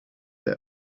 der